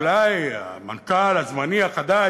אולי המנכ"ל הזמני החדש,